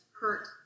hurt